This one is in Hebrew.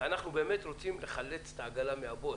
באמת רוצים לחלץ את האדמה מהבוץ.